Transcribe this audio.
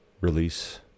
release